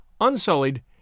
unsullied